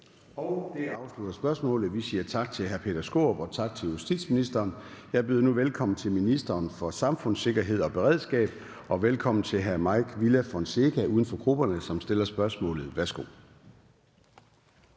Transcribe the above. Det afslutter spørgsmålet. Vi siger tak til hr. Peter Skaarup og til justitsministeren. Jeg byder nu velkommen til ministeren for samfundssikkerhed og beredskab. Og velkommen til hr. Mike Villa Fonseca, uden for grupperne, som stiller spørgsmålet. Kl.